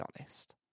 honest